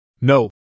No